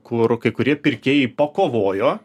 kur kai kurie pirkėjai pakovojo